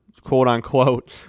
quote-unquote